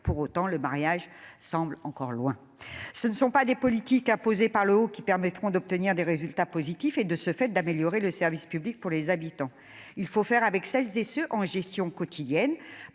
pour autant le mariage semble encore loin, ce ne sont pas des politiques imposées par l'eau qui permettront d'obtenir des résultats positifs et de ce fait d'améliorer le service public pour les habitants, il faut faire avec celles et ceux en gestion quotidienne